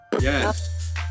Yes